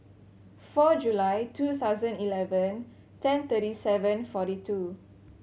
four July two thousand eleven ten thirty seven forty two